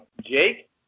Jake